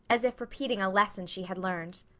as if repeating a lesson she had learned.